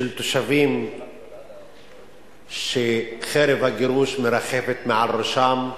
של תושבים שחרב הגירוש מרחפת מעל ראשם,